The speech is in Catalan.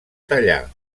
tallar